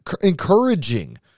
encouraging